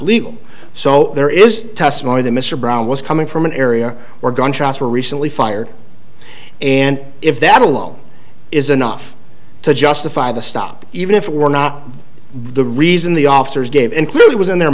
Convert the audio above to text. legal so there is testimony that mr brown was coming from an area where gunshots were recently fired and if that alone is enough to justify the stop even if it were not the reason the officers gave include was in their